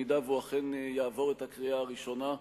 אם הוא אכן יעבור את הקריאה הראשונה.